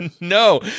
No